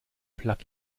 plug